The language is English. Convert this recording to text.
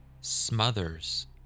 smothers